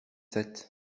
sept